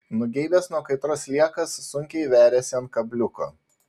nugeibęs nuo kaitros sliekas sunkiai veriasi ant kabliuko